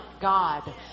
God